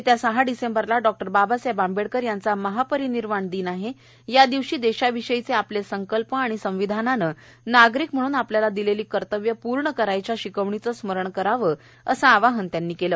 येत्या सहा डिसेंबरला डॉ बाबासाहेब आंबेडकर यांचा महापरिनिर्वाण दिन आहे या दिवशी देशाविषयीचे आपले संकल्प आणि संविधानानं नागरिक म्हणून आपल्याला दिलेली कर्तव्य पूर्ण करायच्या शिकवणीचं स्मरण करावं असं आवाहन त्यांनी केलं